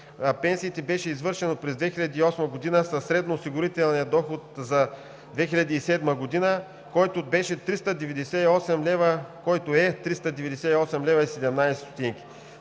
пенсиите беше извършено през 2008 г. със средноосигурителен доход за 2007 г., който е 398,17 лв.